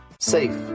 Safe